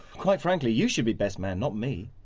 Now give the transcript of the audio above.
quite frankly, you should be best man, not me.